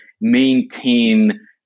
maintain